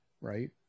right